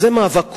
זה מאבק כוחות,